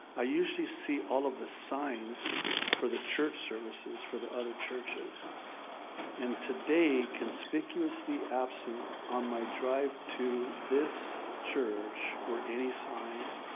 i usually see all of the signs for the church services for the other churches and today conspicuously absent on my drive to this church were any signs,